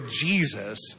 Jesus